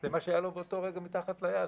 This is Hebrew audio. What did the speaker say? זה מה שהיה לו באותו רגע מתחת ליד.